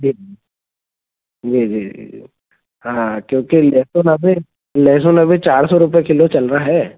जी जी जी जी जी हाँ क्योंकि लहसुन अभी लहसुन अभी चार सौ रुपये किलो चल रहा है